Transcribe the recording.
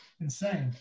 insane